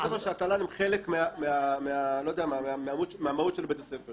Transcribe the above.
אין ספק שהתל"ן הם חלק מהמהות של בית הספר.